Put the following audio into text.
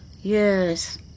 Yes